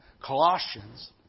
Colossians